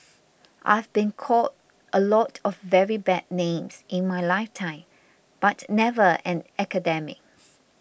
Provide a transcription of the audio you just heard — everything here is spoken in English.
I've been called a lot of very bad names in my lifetime but never an academic